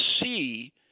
see